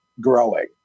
growing